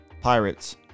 Pirates